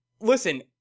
Listen